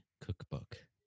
cookbook